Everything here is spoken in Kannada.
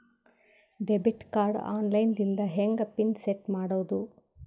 ಡೆಬಿಟ್ ಕಾರ್ಡ್ ಆನ್ ಲೈನ್ ದಿಂದ ಹೆಂಗ್ ಪಿನ್ ಸೆಟ್ ಮಾಡೋದು?